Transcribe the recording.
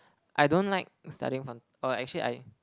I don't like studying from~ oh actually I